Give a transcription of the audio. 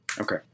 okay